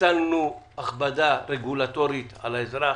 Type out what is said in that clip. ביטלנו הכבדה רגולטורית על האזרח.